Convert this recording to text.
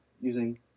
using